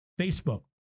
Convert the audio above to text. Facebook